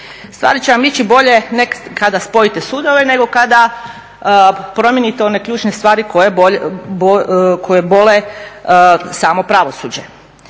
Stvari će vam ići bolje ne kada spojite sudove, nego kada promijenite one ključne stvari koje bole samo pravosuđe,